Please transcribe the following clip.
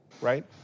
right